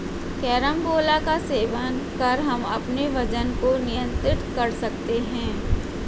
carambola का सेवन कर हम अपने वजन को नियंत्रित कर सकते हैं